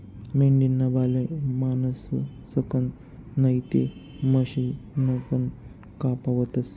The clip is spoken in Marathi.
मेंढीना बाले माणसंसकन नैते मशिनकन कापावतस